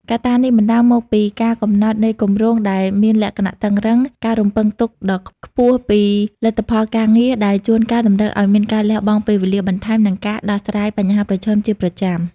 កត្ដានេះបណ្ដាលមកពី ការកំណត់នៃគម្រោងដែលមានលក្ខណៈតឹងរ៉ឹង និង ការរំពឹងទុកដ៏ខ្ពស់ ពីលទ្ធផលការងារ ដែលជួនកាលតម្រូវឱ្យមានការលះបង់ពេលវេលាបន្ថែម និងការដោះស្រាយបញ្ហាប្រឈមជាប្រចាំ។